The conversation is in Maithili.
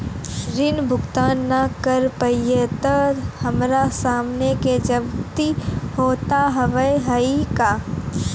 ऋण भुगतान ना करऽ पहिए तह हमर समान के जब्ती होता हाव हई का?